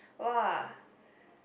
!wah!